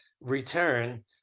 return